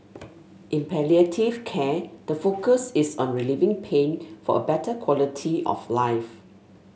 in palliative care the focus is on relieving pain for a better quality of life